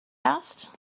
asked